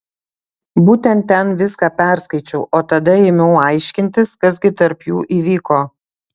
būtent ten viską perskaičiau o tada ėmiau aiškintis kas gi tarp jų įvyko